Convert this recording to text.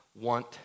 want